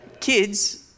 kids